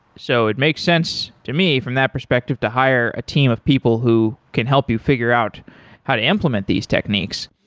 so it makes sense to me from that perspective to hire a team of people who can help you figure out how to implement these techniques.